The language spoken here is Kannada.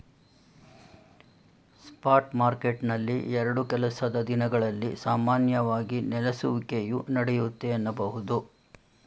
ಸ್ಪಾಟ್ ಮಾರ್ಕೆಟ್ನಲ್ಲಿ ಎರಡು ಕೆಲಸದ ದಿನಗಳಲ್ಲಿ ಸಾಮಾನ್ಯವಾಗಿ ನೆಲೆಸುವಿಕೆಯು ನಡೆಯುತ್ತೆ ಎನ್ನಬಹುದು